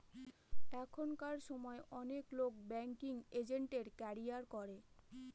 এখনকার সময় অনেক লোক ব্যাঙ্কিং এজেন্টের ক্যারিয়ার করে